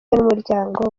n’umuryango